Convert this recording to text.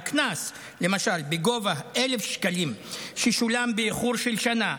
על קנס בגובה 1,000 שקלים ששולם באיחור של שנה,